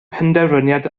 penderfyniad